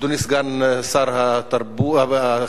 אדוני סגן שר החינוך,